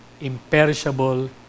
imperishable